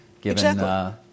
given